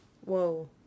Whoa